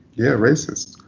yeah, racist.